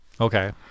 Okay